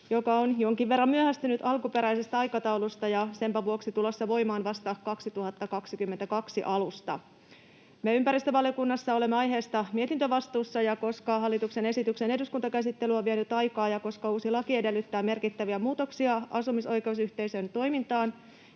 joka on jonkin verran myöhästynyt alkuperäisestä aikataulusta ja senpä vuoksi tulossa voimaan vasta vuoden 2022 alusta. Me ympäristövaliokunnassa olemme aiheesta mietintövastuussa, ja koska hallituksen esityksen eduskuntakäsittely on vienyt aikaa ja koska uusi laki edellyttää merkittäviä muutoksia asumisoikeusyhteisön toimintaan,